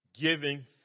Giving